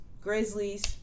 Grizzlies